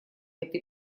этой